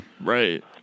right